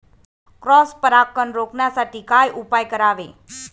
Cross परागकण रोखण्यासाठी काय उपाय करावे?